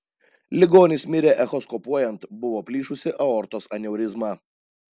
ligonis mirė echoskopuojant buvo plyšusi aortos aneurizma